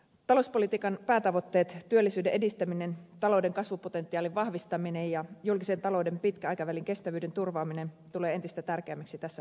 talouspolitiikan päätavoitteet työllisyyden edistäminen talouden kasvupotentiaalin vahvistaminen ja julkisen talouden pitkän aikavälin kestävyyden turvaaminen tulevat entistä tärkeämmiksi tässä taloustilanteessa